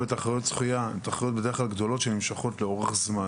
משווים לתחרויות שחייה גדולות שנמשכות לאורך זמן,